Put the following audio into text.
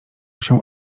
się